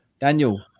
Daniel